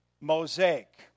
Mosaic